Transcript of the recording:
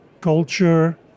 culture